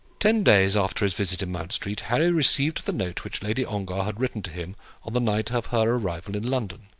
ten days after his visit in mount street, harry received the note which lady ongar had written to him on the night of her arrival in london.